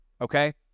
Okay